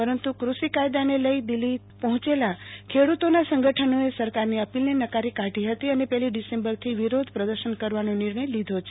પરંતુ કૃષિ કાયદાને લઇ દિલ્ફીની પહોચેલા ખેડ્રતોનાં સંગઠનોએ સરકારની અપીલને નકારી કાઢી હતી અને પેલી ડીસેમ્બર થી વિરોધ પ્રદર્શન કરવાનો નિર્ણય લીધો છે